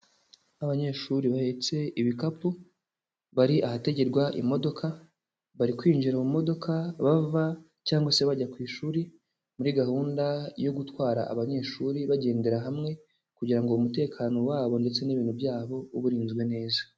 Abanyeshuri bahetse ibikapu, bari ahategerwa imodoka, bari kwinjira mu modoka bava cyangwa se bajya ku ishuri, muri gahunda yo gutwara abanyeshuri bagendera hamwe kugira ngo umutekano wabo ndetse n'ibintu byabo ube urinzwe neza.